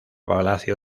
palacio